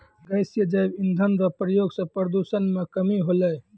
गैसीय जैव इंधन रो प्रयोग से प्रदूषण मे कमी होलै